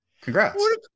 Congrats